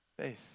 faith